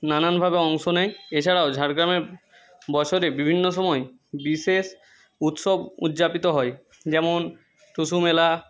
নানানভাবে অংশ নেয় এছাড়াও ঝাড়গ্রামে বছরে বিভিন্ন সময় বিশেষ উৎসব উদযাপিত হয় যেমন টুসু মেলা